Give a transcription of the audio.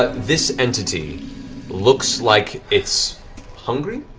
this entity looks like it's hungry,